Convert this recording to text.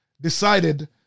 decided